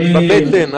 בבטן.